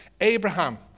Abraham